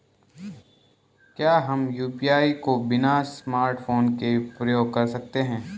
क्या हम यु.पी.आई को बिना स्मार्टफ़ोन के प्रयोग कर सकते हैं?